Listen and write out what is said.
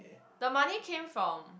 the money came from